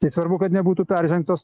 tai svarbu kad nebūtų peržengtos